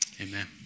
Amen